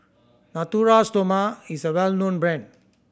Natura Stoma is a well known brand